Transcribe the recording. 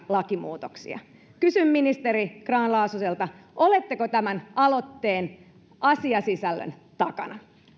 lakimuutoksia kysyn ministeri grahn laasoselta oletteko tämän aloitteen asiasisällön takana